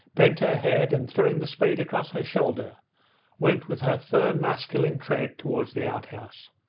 bent her head, and throwing the spade across her shoulder went with her firm masculine tread towards the outhouse.